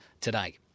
today